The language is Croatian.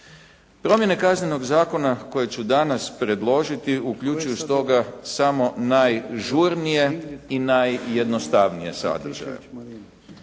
Promjene Kaznenog zakona koje ću danas predložiti uključuju stoga samo najžurnije i najjednostavnije sadržaje.